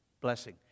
Blessing